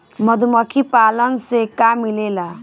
मधुमखी पालन से का मिलेला?